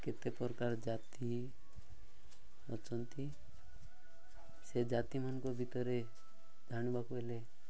କେତେ ପ୍ରକାର ଜାତି ଅଛନ୍ତି ସେ ଜାତିମାନଙ୍କ ଭିତରେ ଜାଣିବାକୁ ହେଲେ